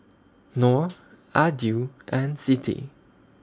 Nor Aidil and Siti